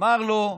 אמר לו: